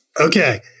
okay